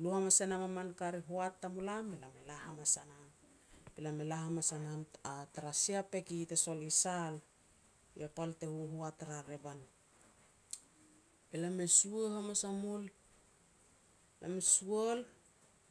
lui hamas e nam a min ka ri hoat i tamulam be lam e la hamas a nam. Be lam e la hamas a nam tara sia peki te sol i Sal, pal te hohoat ria revan. Be lam e sua hamas a mul, lam i sual,